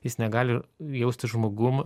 jis negali jaustis žmogum